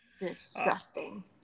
Disgusting